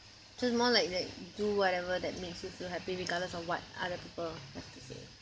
so it's more like that you do whatever that makes you feel happy regardless of what other people have to say